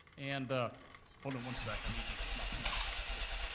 and, hold on one sec, i need to get my notes. yeah